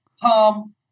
Tom